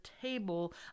table